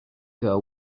girl